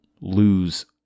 lose